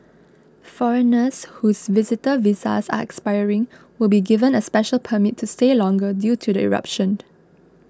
foreigners whose visitor visas expiring will be given a special permit to stay longer due to the eruption